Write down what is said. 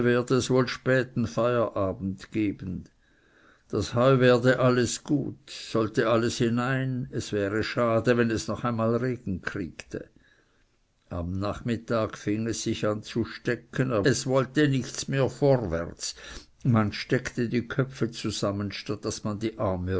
wohl späten feierabend geben das heu werde alles gut sollte alles hinein es wäre schade wenn es noch einmal regen kriegte im nachmittag fing es sich an zu stecken es wollte nichts mehr vorwärts man steckte die köpfe zusammen statt daß man die arme